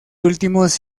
últimos